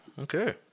okay